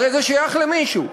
הרי זה שייך למישהו.